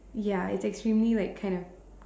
ya it's extremely like kind of